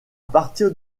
partir